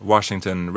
Washington